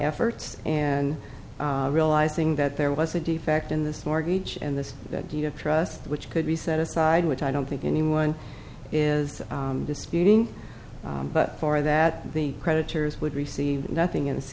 efforts and realizing that there was a defect in this mortgage and this deed of trust which could be set aside which i don't think anyone is disputing but for that the creditors would receive nothing in this